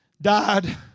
died